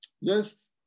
Yes